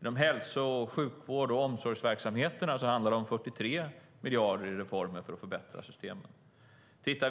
Inom hälso och sjukvård och omsorgsverksamheterna handlar det om 43 miljarder i reformer för att förbättra systemen.